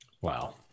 Wow